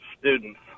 students